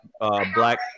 Black